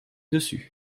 dessus